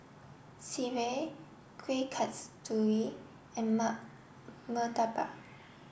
Sireh Kueh Kasturi and Murtabak